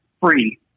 free